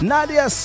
Nadia